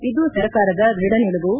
ಇದು ಸರ್ಕಾರದ ದೃಢ ನಿಲುವು